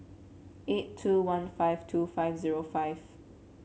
eight two one five two five zero five